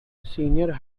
senior